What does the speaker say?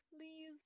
please